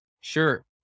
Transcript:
Sure